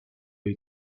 jej